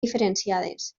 diferenciades